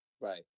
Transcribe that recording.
Right